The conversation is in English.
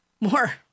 more